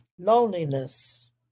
loneliness